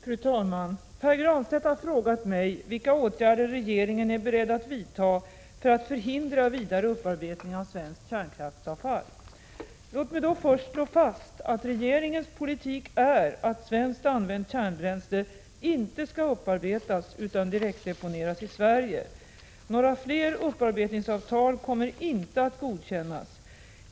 Fru talman! Pär Granstedt har frågat mig vilka åtgärder regeringen är beredd att vidta för att förhindra vidare upparbetning av svenskt kärnkraftsavfall. Låt mig först slå fast att regeringens politik är att svenskt använt kärnbränsle inte skall upparbetas utan direktdeponeras i Sverige. Några fler upparbetningsavtal kommer inte att godkännas.